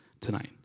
tonight